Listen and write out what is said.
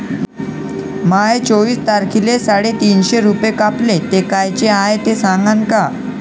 माये चोवीस तारखेले साडेतीनशे रूपे कापले, ते कायचे हाय ते सांगान का?